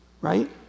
Right